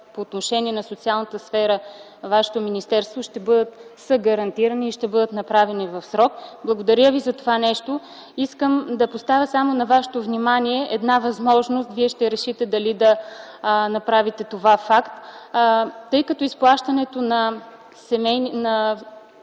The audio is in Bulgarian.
по отношение на социалната сфера вашето министерство, са гарантирани и ще бъдат направени в срок. Благодаря Ви за това нещо. Искам да поставя на Вашето внимание една възможност. Вие ще решите дали да направите това факт. Тъй като изплащането на семейните